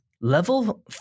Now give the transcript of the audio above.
level